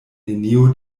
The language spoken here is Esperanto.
neniu